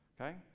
okay